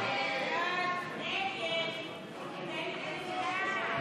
הסתייגות 380 לא נתקבלה.